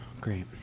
Great